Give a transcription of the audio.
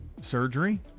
Surgery